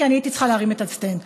כי הייתי צריכה להרים את הסטנד,